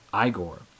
Igor